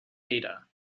data